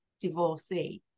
divorcee